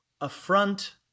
affront